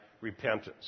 repentance